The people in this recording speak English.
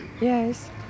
Yes